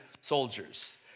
soldiers